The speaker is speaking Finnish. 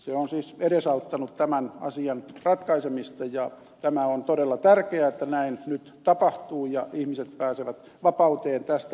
se on siis edesauttanut tämän asian ratkaisemista ja tämä on todella tärkeää että näin nyt tapahtuu ja ihmiset pääsevät vapauteen tästä